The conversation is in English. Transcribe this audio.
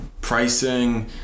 pricing